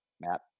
Matt